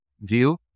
view